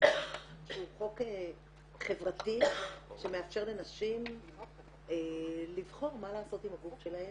שהוא חוק חברתי שמאפשר לנשים לבחור מה לעשות עם הגוף שלהן.